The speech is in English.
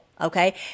Okay